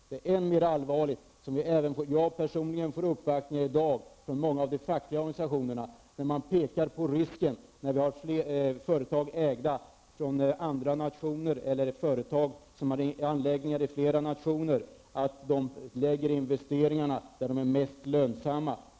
Jag ser än mer allvarligt på de uppvaktningar -- jag har personligen fått en sådan i dag -- som vi får från många av de fackliga organisationerna, som pekar på riskerna för att företag som har anläggningar i flera nationer lägger investeringarna där de är mest lönsamma.